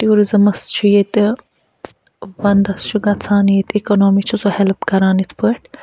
ٹوٗرِزٕمَس چھُ ییٚتہِ وَنٛدَس چھِ گژھان ییٚتہِ اِکانمی چھِ سُہ ہٮ۪لٕپ کران یِتھ پٲٹھۍ